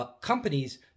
Companies